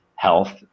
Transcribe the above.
health